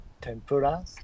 tempura